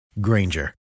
Granger